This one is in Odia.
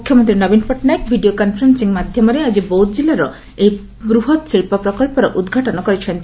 ମୁଖ୍ୟମନ୍ତୀ ନବୀନ ପଟ୍ଟନାୟକ ଭିଡିଓ କନ୍ଫରେନସିଂ ମାଧ୍ଧମରେ ଆଜି ବୌଦ୍ଧ ଜିଲ୍ବର ଏହି ପ୍ରଥମ ବୃହତ୍ ଶିକ୍ଷ ପ୍ରକ୍ଷର ଉଦ୍ଘାଟନ କରିଛନ୍ତି